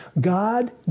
God